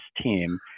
team